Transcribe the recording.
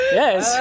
yes